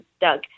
Doug